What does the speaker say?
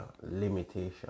limitation